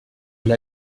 elle